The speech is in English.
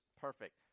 Perfect